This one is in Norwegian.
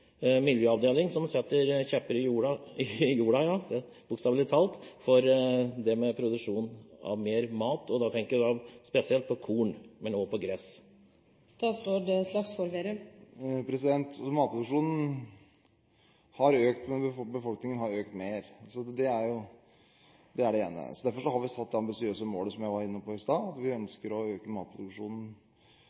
setter kjepper i jorda – i jorda, bokstavelig talt – for produksjon av mer mat. Da tenker jeg spesielt på korn, men også på gress. Matproduksjonen har økt, men befolkningen har økt mer. På grunn av befolkningsveksten har vi satt oss det ambisiøse målet som jeg var inne på i stad, nemlig å øke matproduksjonen